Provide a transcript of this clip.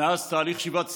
מאז תהליך שיבת ציון,